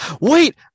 wait